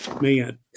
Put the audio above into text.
Man